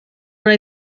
what